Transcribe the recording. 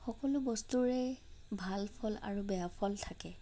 সকলো বস্তুৰে ভাল ফল আৰু বেয়া ফল থাকে